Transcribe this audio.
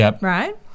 right